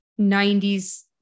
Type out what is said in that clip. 90s